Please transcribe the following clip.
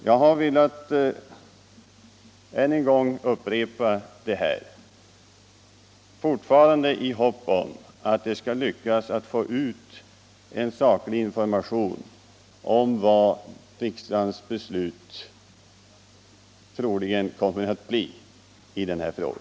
Jag har än en gång velat upprepa detta, fortfarande i hopp om att det skall lyckas att sprida saklig information om det som troligen kommer att bli riksdagens beslut i denna fråga.